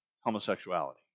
homosexuality